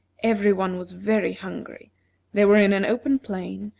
every one was very hungry they were in an open plain,